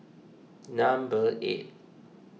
number eight